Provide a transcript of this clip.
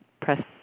press